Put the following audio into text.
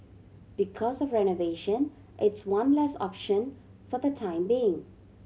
because of renovation it's one less option for the time being